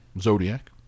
Zodiac